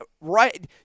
right